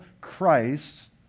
Christ